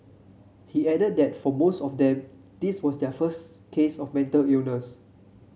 he added that for most of them this was their first case of mental illness